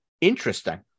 Interesting